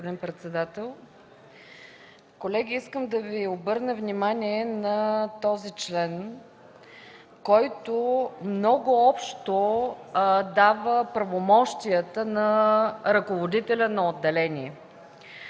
Благодаря, господин председател. Колеги, искам да Ви обърна внимание на този член, който много общо дава правомощията на ръководителя на отделение.